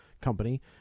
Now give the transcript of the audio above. company